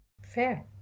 Fair